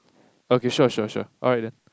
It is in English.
okay sure sure sure alright